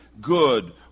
good